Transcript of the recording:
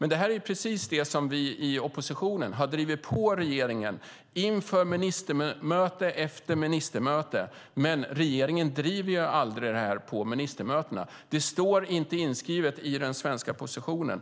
Det är precis det som vi i oppositionen har drivit på inför varje ministermöte, men regeringen driver det aldrig på ministermötena. Det står inte inskrivet i den svenska positionen.